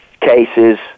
cases